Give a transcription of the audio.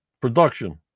Production